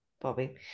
Bobby